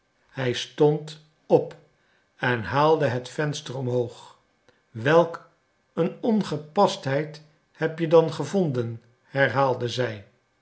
hij stond op en haalde het venster omhoog welk een ongepastheid heb je dan gevonden herhaalde zij